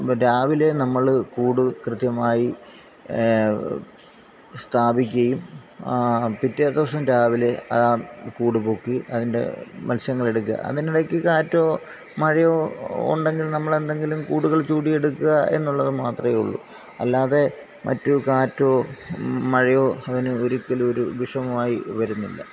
രാവിലെ നമ്മള് കൂട് കൃത്യമായി സ്ഥാപിക്കുകയും ആ പിറ്റേ ദിവസം രാവിലെ ആ കൂട് പൊക്കി അതിന്റെ മത്സ്യങ്ങൾ എടുക്കുക അതിനിടയ്ക്ക് കാറ്റോ മഴയോ ഉണ്ടെങ്കിൽ നമ്മളെന്തെങ്കിലും കുടകൾ ചൂടിയെടുക്കുക എന്നുള്ളത് മാത്രമേ ഉള്ളു അല്ലാതെ മറ്റു കാറ്റോ മഴയോ അങ്ങനെ ഒരിക്കലും ഒരു വിഷമമായി വരുന്നില്ല